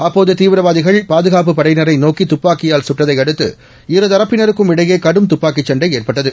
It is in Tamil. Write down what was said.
அப்போது தீவிரவாதிகள் பாதுகாப்புப் படையினரை நோக்கி துப்பாக்கியால் சுட்டதையடுத்து இருதரப்பினருக்குமிடையே கடும் துப்பாக்கிச் சண்டை ஏற்பட்டது